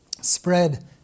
spread